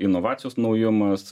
inovacijos naujumas